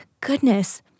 Goodness